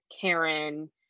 Karen